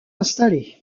installés